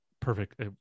perfect